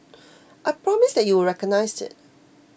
I promise that you will recognised it